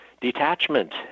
detachment